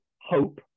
hope